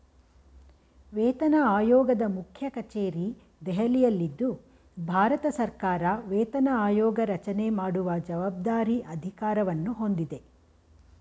ವೇತನಆಯೋಗದ ಮುಖ್ಯಕಚೇರಿ ದೆಹಲಿಯಲ್ಲಿದ್ದು ಭಾರತಸರ್ಕಾರ ವೇತನ ಆಯೋಗರಚನೆ ಮಾಡುವ ಜವಾಬ್ದಾರಿ ಅಧಿಕಾರವನ್ನು ಹೊಂದಿದೆ